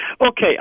Okay